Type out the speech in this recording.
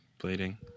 bleeding